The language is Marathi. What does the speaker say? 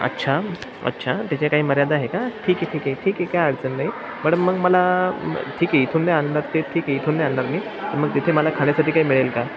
अच्छा अच्छा तिचे काही मर्यादा आहे का ठीक आहे ठीक आहे ठीक आहे काय अडचण नाही पण मग मला ठीक आहे इथून नाही आणणार ते ठीक आहे इथून नाही आणणार मी मग तिथे मला खाण्यासाठी काही मिळेल का